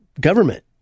government